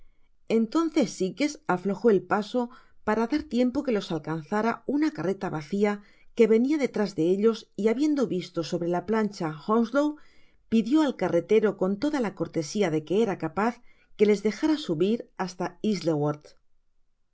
entonces sikes aflojo el paso para dar tiempo que los alcanzara una carreta vacia que venia detrás de ellos y habiendo visto sobre la plancha hownslow pidió al carretero con toda la cortesia de que era capaz que les dejara subir hasta isleworth